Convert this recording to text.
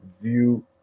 view